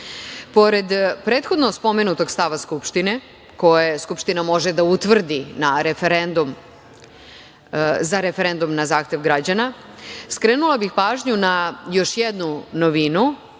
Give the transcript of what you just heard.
prethodno spomenutog stava Skupštine, po kome Skupština može da utvrdi za referendum na zahtev građana, skrenula bih pažnju na još jednu novinu,